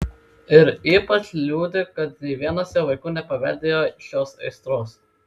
ir ypač liūdi kad nė vienas jo vaikų nepaveldėjo šios aistros